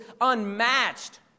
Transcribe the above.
unmatched